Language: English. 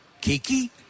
Kiki